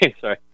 sorry